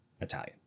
italian